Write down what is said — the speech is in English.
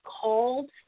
called